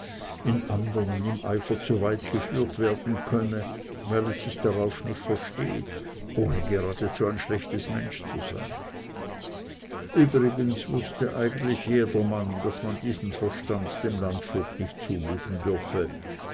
in andern im eifer zu weit geführt werden könne weil es sich darauf nicht verstehe ohne geradezu ein schlechtes mensch zu sein übrigens wußte eigentlich jedermann daß man diesen verstand dem landvogt nicht zumuten dürfe